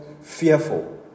fearful